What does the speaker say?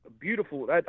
Beautiful